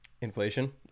Inflation